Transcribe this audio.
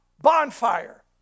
bonfire